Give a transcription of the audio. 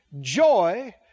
Joy